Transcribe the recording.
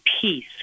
peace